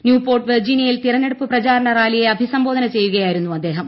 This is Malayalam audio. ന്യൂ പോർട്ട് വെർജീനിയയിൽ തിരഞ്ഞെടുപ്പ് പ്രചാരണ റാലിയെ അഭിസംബോധന ചെയ്യുകയായിരുന്നു അദ്ദേഹം